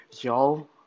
Y'all